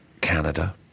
Canada